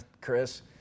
Chris